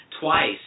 twice